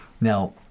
Now